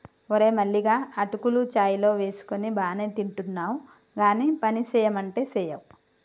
ఓరే మల్లిగా అటుకులు చాయ్ లో వేసుకొని బానే తింటున్నావ్ గానీ పనిసెయ్యమంటే సెయ్యవ్